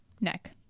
Neck